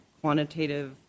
quantitative